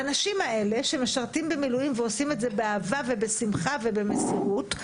האנשים האלה שמשרתים במילואים ועושים את זה באהבה ובשמחה ובמסירות,